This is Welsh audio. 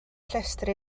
llestri